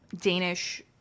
Danish